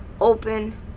open